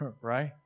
right